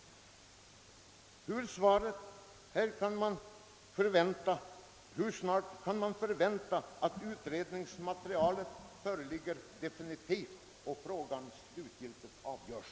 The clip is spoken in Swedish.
Hur snart kan man förvänta att det definitiva utredningsmaterialet föreligger och att frågan slutgiltigt avgörs?